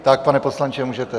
Tak, pane poslanče, můžete.